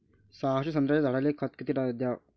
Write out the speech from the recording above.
सहाशे संत्र्याच्या झाडायले खत किती घ्याव?